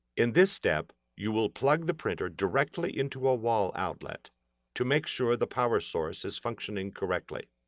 in this step you will plug the printer directly into a wall outlet to make sure the power source is functioning correctly.